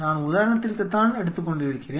நான் உதாரணத்திற்கு தான் எடுத்துக் கொண்டிருக்கிறேன்